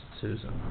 Susan